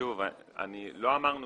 לא אמרנו